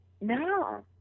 no